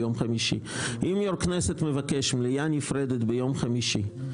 אם יושב ראש הכנסת מבקש מליאה נפרדת ביום חמישי,